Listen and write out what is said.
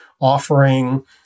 offering